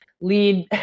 lead